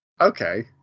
Okay